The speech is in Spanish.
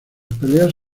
peleas